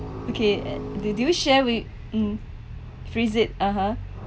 okay eh do do you share with mm freeze it (uh huh)